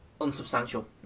unsubstantial